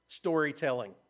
storytelling